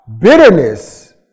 bitterness